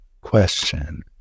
question